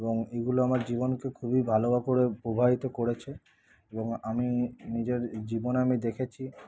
এবং এগুলো আমার জীবনকে খুবই ভালো করে প্রবাহিত করেছে এবং আমি নিজের জীবনে আমি দেখেছি